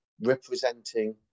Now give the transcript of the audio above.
representing